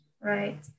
Right